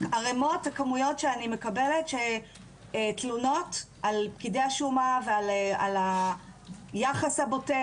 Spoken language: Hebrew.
ערימות וכמויות שאני מקבלת של תלונות על פקידי שומה ועל היחס הבוטה,